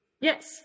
Yes